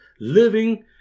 living